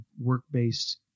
work-based